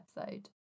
episode